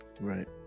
Right